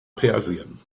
persien